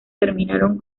terminaron